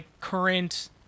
current